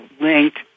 linked